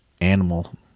Animal